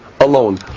alone